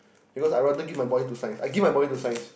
because I rather give my body to science I give my body to science